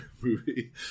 movie